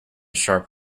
sharp